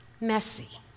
messy